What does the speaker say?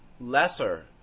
lesser